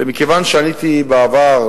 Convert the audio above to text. ומכיוון שעניתי בעבר,